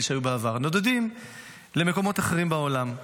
שהיו בעבר נודדים למקומות אחרים בעולם.